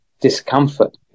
discomfort